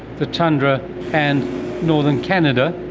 the tundra and northern canada,